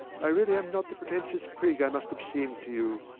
i really am not the pretentious prig i must have seemed to you.